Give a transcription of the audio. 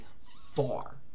far